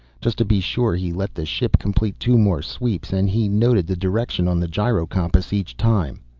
just to be sure he let the ship complete two more sweeps, and he noted the direction on the gyro-compass each time.